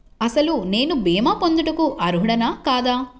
అసలు నేను భీమా పొందుటకు అర్హుడన కాదా?